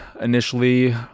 initially